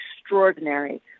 extraordinary